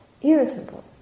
irritable